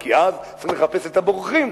כי אז צריך לחפש את הבורחים.